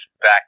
back